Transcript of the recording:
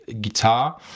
guitar